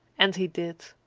and he did.